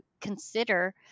consider